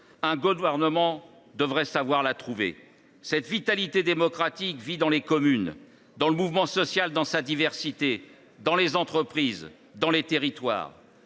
un gouvernement devrait savoir la trouver. Cet élan démocratique se manifeste dans les communes, dans le mouvement social dans sa diversité, dans les entreprises, dans les territoires.